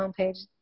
homepage